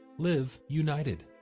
live united.